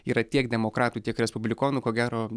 yra tiek demokratų tiek respublikonų ko gero